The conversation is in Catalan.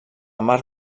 mar